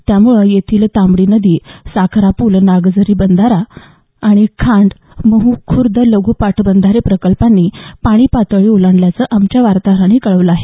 त्यामुळे येथील तांबडी नदी साखरा पुल नागझरी बंधारा आणि खांड मुँहू खुर्द लघु पाटबंधारे प्रकल्पांनी पाणी पातळी ओलांडल्याचं आमच्या वार्ताहरानं कळवलं आहे